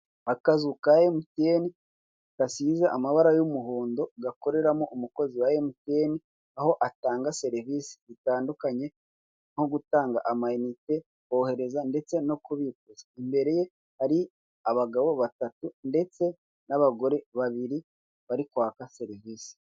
Akazu ka MTN gasize amabara y'umuhondo gakoreramo umukozi wa MTN aho atanga serivise zitandukanye nko gutanga amainite ndetse no kubikuza aho imbere ye hari abagabob batatu ndetse n'abagore babiri barikwaka serivise.